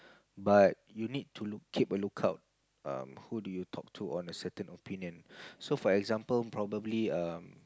but you need to look keep a look out um who do you talk to on a certain opinion so for example probably um